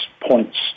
points